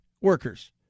workers